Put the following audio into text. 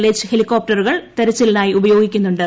H ഹെലികോപ്ടറുകൾ തെരച്ചിലിനായി ഉപയോഗിക്കുന്നുണ്ട്